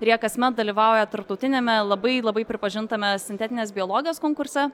ir jie kasmet dalyvauja tarptautiniame labai labai pripažintame sintetinės biologijos konkurse